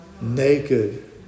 naked